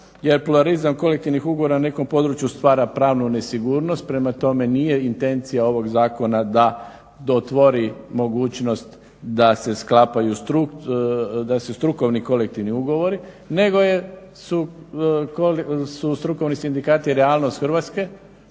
jer pluralizam kolektivnih ugovora nekom području stvara pravnu nesigurnost. Prema tome, nije intencija ovog zakona da otvori mogućnost da se sklapaju strukovni kolektivni ugovori nego su strukovni sindikati realnost Hrvatske